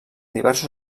diversos